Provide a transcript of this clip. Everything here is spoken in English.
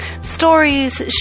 stories